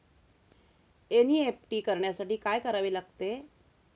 NEFT करण्यासाठी काय करावे लागते?